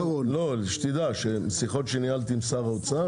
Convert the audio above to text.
משיחות שניהלתי עם שר האוצר,